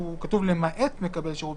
אבל כתוב "על אף האמור".